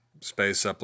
space